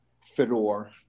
Fedor